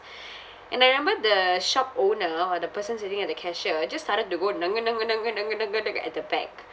and I remember the shop owner or the person sitting at the cashier just started to go at the back